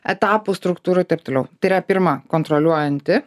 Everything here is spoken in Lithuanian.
etapų struktūrų ir taip toliau tai yra pirma kontroliuojanti